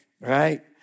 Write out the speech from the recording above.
Right